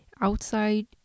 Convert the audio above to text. outside